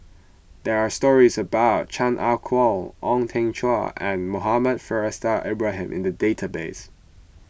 there are stories about Chan Ah Kow Ong Teng Cheong and Muhammad Faishal Ibrahim in the database